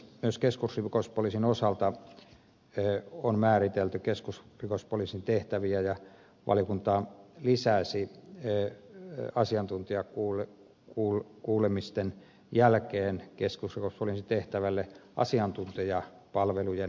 myös keskusrikospoliisin osalta on määritelty keskusrikospoliisin tehtäviä ja valiokunta lisäsi asiantuntijakuulemisten jälkeen keskusrikospoliisin tehtäviin asiantuntijapalvelujen tuottamisen